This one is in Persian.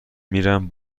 میرم